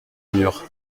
mur